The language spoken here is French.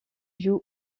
joue